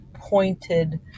pointed